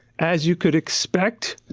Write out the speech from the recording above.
as you could expect,